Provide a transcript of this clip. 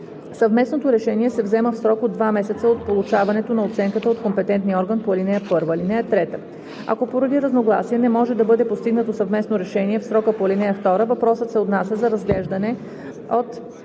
Съвместното решение се взема в срок два месеца от получаването на оценката от компетентния орган по ал. 1. (3) Ако поради разногласие не може да бъде постигнато съвместно решение в срока по ал. 2, въпросът се отнася за разглеждане от